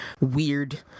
weird